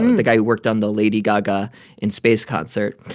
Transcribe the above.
the guy who worked on the lady gaga in space concert.